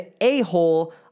a-hole